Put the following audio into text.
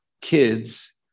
kids